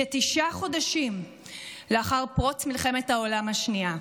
כתשעה חודשים לאחר פרוץ מלחמת העולם השנייה.